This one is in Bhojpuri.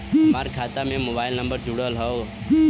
हमार खाता में मोबाइल नम्बर जुड़ल हो?